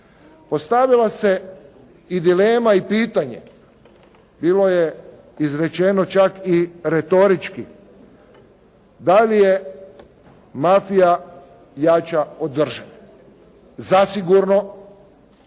Postavila se i dilema i pitanje, bilo je izrečeno čak i retorički da li je mafija jača od države? Zasigurno